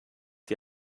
die